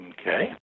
Okay